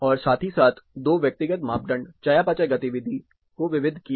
और साथ ही 2 व्यक्तिगत मापदंड चयापचय गतिविधि को विविध किया